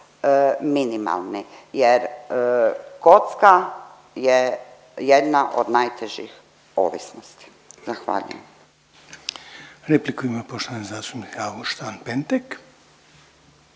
minimalni jer kocka je jedna od najtežih ovisnosti, zahvaljujem.